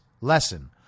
lesson